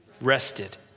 rested